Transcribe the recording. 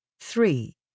Three